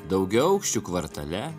daugiaaukščių kvartale